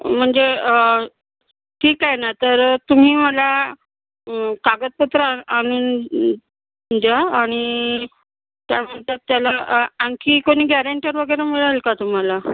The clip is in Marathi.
म्हणजे ठीक आहे ना तर तुम्ही मला कागदपत्र आन आणून द्या आणि त्यानंतर त्याला आणखी कोणी गॅरेंटर वगैरे मिळेल का तुम्हाला